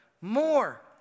More